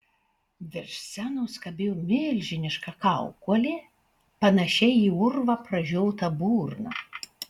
virš scenos kabėjo milžiniška kaukolė panašia į urvą pražiota burna